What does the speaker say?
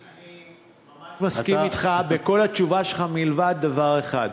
אני ממש מסכים אתך בכל התשובה שלך, מלבד דבר אחד.